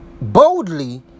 boldly